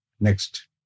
Next